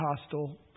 hostile